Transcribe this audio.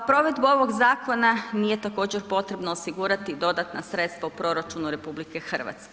Za provedbu ovog zakona nije također, potrebno osigurati dodatna sredstva u proračunu RH.